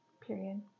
Period